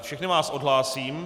Všechny vás odhlásím.